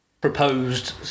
proposed